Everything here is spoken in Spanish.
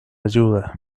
ayuda